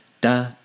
da